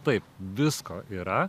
taip visko yra